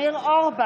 נגד ינון אזולאי,